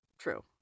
True